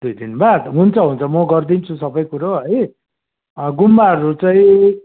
दुई दिन बाद हुन्छ हुन्छ म गरिदिन्छु सबै कुरो है गुम्बाहरू चाहिँ